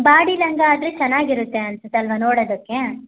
body ಲಂಗ ಆದರೆ ಚೆನ್ನಾಗಿರುತ್ತೆ ಅನ್ಸುತ್ತೆ ಅಲ್ಲವಾ ನೋಡೋದಕ್ಕೆ